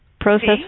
process